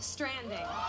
Stranding